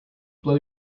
blow